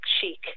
chic